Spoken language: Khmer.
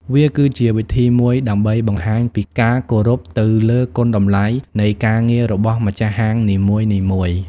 វាគឺជាវិធីមួយដើម្បីបង្ហាញពីការគោរពទៅលើគុណតម្លៃនៃការងាររបស់ម្ចាស់ហាងនីមួយៗ។